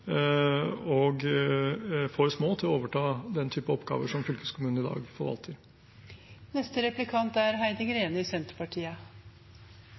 og for små til å overta den type oppgaver som fylkeskommunene i dag forvalter.